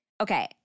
Okay